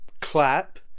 clap